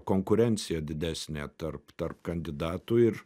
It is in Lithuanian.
konkurencija didesnė tarp tarp kandidatų ir